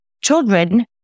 children